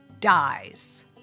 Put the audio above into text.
dies